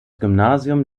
gymnasium